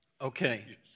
Okay